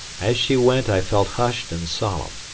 as she went i felt hushed and solemn,